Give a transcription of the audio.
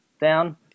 down